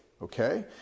Okay